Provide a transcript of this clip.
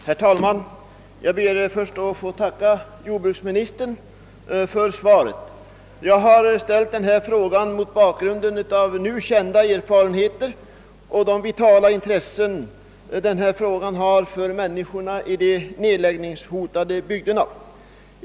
Herr talman! Jag ber först att få tacka jordbruksministern för svaret. Jag har ställt denna fråga mot bakgrunden av nu kända erfarenheter och det vitala intresse denna fråga har för människorna i de nedläggningshotade bygderna.